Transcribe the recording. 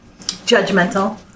judgmental